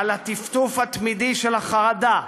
הטפטוף התמידי של חרדה.